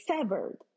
severed